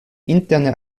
interne